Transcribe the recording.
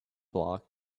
block